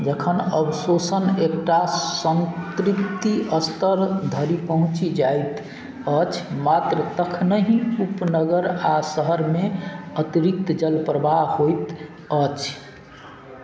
जखन अवशोषण एकटा सन्तृप्ति अस्तर धरि पहुँचि जाइत अछि मात्र तखनहि उपनगर आओर शहरमे अतिरिक्त जलप्रवाह होइत अछि